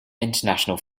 international